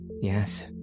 Yes